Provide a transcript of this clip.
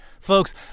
folks